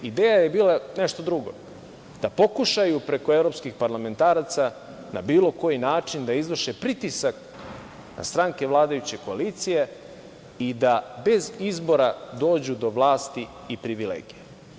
Ideja je bila nešto drugo, da pokušaju preko evropskih parlamentaraca na bilo koji način da izvrše pritisak na stranke vladajuće koalicije i da bez izbora dođu do vlasti i privilegija.